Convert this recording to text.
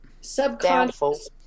subconscious